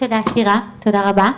תודה שירה, תודה רבה.